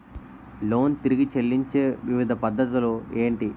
Loan తిరిగి చెల్లించే వివిధ పద్ధతులు ఏంటి?